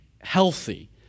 healthy